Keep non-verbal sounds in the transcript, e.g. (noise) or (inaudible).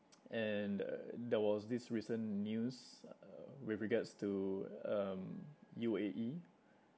(noise) and uh there was this recent news uh with regards to um U_A_E